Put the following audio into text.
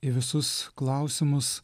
į visus klausimus